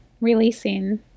releasing